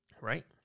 Right